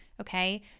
Okay